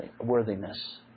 worthiness